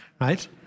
right